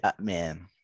man